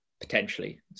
potentially